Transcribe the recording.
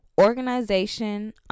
organization